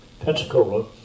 Pensacola